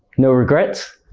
no regrets?